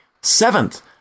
Seventh